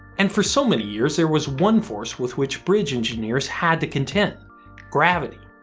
and for so many years, there was one force with which bridge engineers had to contend gravity.